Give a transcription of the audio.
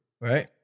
Right